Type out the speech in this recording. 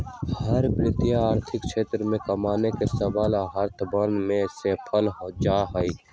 हर वित्तीय अर्थशास्त्र के कमान के सबल हाथवन में सौंपल जा हई